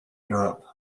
europe